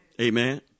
Amen